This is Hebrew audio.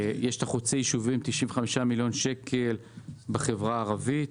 יש חוצי יישובים 95 מיליון שקל בחברה הערבית,